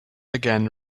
again